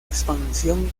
expansión